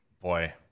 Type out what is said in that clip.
Boy